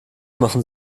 machen